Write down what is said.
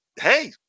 hey